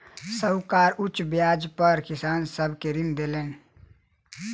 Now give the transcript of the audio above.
साहूकार उच्च ब्याज पर किसान सब के ऋण देलैन